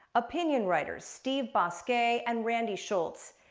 opinion writer steve bousquet and randy schultz.